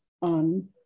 on